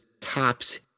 tops